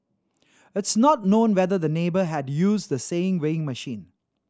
it's not known whether the neighbour had used the same weighing machine